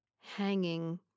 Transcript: hanging